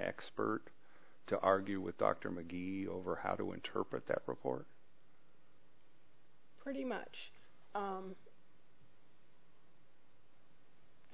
expert to argue with dr mcgee over how to interpret that report pretty much